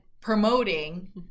promoting